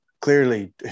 clearly